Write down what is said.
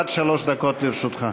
עד שלוש דקות לרשותך.